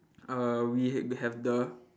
uh we h~ we have the